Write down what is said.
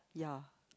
ya